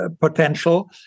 potential